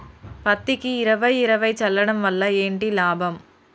పత్తికి ఇరవై ఇరవై చల్లడం వల్ల ఏంటి లాభం?